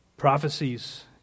prophecies